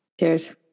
cheers